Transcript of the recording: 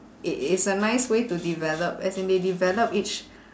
it is a nice way to develop as in they develop each